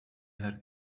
her